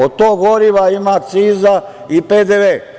Od tog goriva ima akciza i PDV.